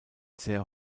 sehr